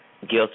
guilty